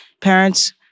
Parents